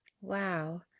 Wow